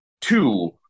Two